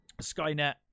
Skynet